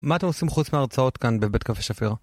מה אתם עושים חוץ מההרצאות כאן בבית קפה שפיר?